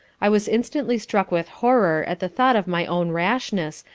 i was instantly struck with horror at the thought of my own rashness,